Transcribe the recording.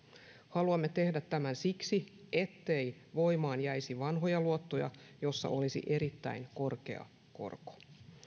haluamme tehdä tämän siksi ettei voimaan jäisi vanhoja luottoja joissa olisi erittäin korkea korko